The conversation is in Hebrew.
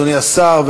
אדוני השר,